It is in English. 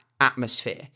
atmosphere